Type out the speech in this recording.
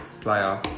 player